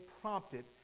prompted